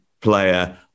player